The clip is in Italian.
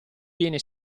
viene